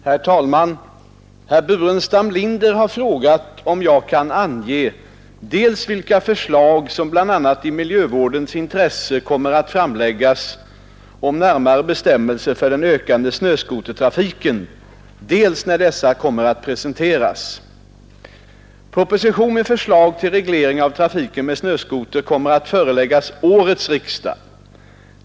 Herr talman! Herr Burenstam Linder har frågat om jag kan ange dels vilka förslag som bl.a. i miljövårdens intresse kommer att framläggas om närmare bestämmelser för den ökande snöskotertrafiken, dels när dessa kommer att presenteras. Proposition med förslag till reglering av trafiken med snöskoter kommer att föreläggas årets riksdag.